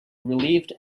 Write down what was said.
relieved